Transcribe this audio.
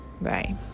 Bye